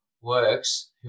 works